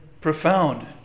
Profound